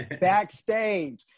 backstage